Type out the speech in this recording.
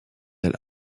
elle